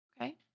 Okay